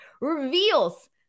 reveals